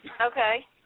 Okay